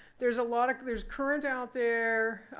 there's a lot of there's current out there.